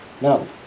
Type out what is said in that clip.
no